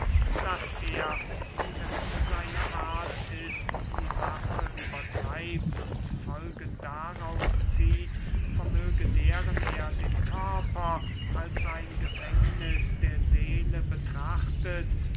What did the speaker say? daß er wie es seine art ist die sache übertreibt und folgen daraus zieht vermöge deren er den körper als ein gefängniß der seele betrachtet